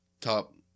top